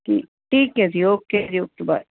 ਠੀਕ ਠੀਕ ਹੈ ਜੀ ਓਕੇ ਜੀ ਓਕੇ ਬਾਏ